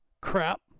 crap